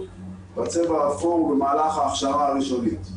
והצבע האפור הוא במהלך ההכשרה הראשונית.